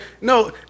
No